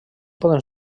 poden